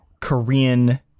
Korean